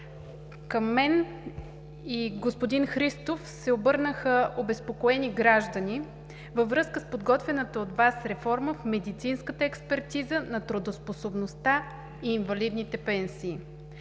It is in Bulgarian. Към мен и господин Христов се обърнаха обезпокоени граждани във връзка с подготвяната от Вас реформа в медицинската експертиза на трудоспособността и инвалидните пенсии.